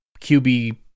QB